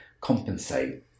compensate